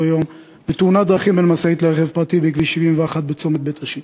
יום בתאונת דרכים בין משאית לרכב פרטי בכביש 71 בצומת בית-השיטה.